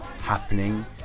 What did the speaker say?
happening